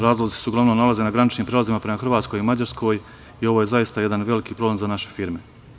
Razlozi su uglavnom nalaze na graničnim prelazima prema Hrvatskoj, Mađarskoj i ovo je zaista jedan veliki problem za naše firme.